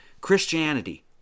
Christianity